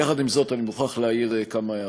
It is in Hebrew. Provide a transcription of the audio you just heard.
יחד עם זאת, אני מוכרח להעיר כמה הערות.